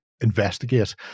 investigate